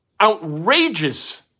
outrageous